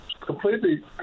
completely